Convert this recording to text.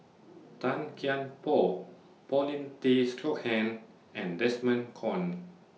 Tan Kian Por Paulin Tay Straughan and Desmond Kon